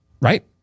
right